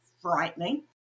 frightening